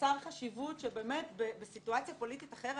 חסר חשיבות שבאמת בסיטואציה פוליטית אחרת